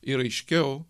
ir aiškiau